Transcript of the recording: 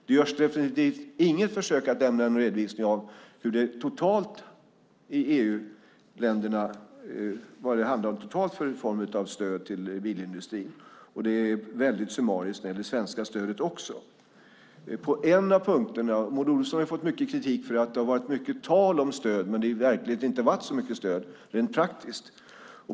Det görs definitivt inget försök att lämna en redovisning av vad det handlar om totalt för form av stöd till bilindustrin, och det är väldigt summariskt när det gäller det svenska stödet också. Maud Olofsson har ju fått mycket kritik för att det har varit mycket tal om stöd men i verkligheten inte varit så mycket stöd rent praktiskt.